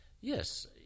Yes